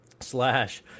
slash